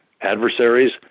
adversaries